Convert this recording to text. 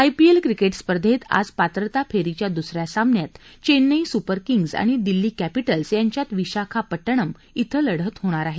IPL cricket स्पर्धेत आज पात्रता फेरीच्या दुसऱ्या सामन्यात चेन्नई सुपर किंग्ज आणि दिल्ली क्षिटल्स यांच्यात विशाखापट्टणम इथं लढत होणार आहे